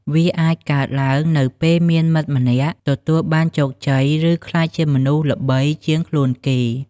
វាអាចកើតឡើងនៅពេលមានមិត្តម្នាក់ទទួលបានជោគជ័យ ឬក្លាយជាមនុស្សល្បីជាងខ្លួនគេ។